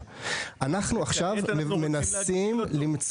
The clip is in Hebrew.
בעיקר ילדים